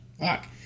fuck